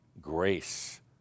grace